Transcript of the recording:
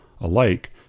alike